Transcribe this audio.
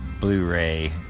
Blu-Ray